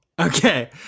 Okay